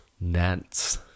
Nance